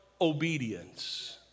obedience